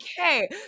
Okay